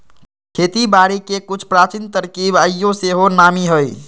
खेती बारिके के कुछ प्राचीन तरकिब आइयो सेहो नामी हइ